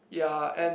ya and